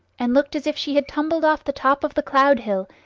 and looked as if she had tumbled off the top of the cloud-hill,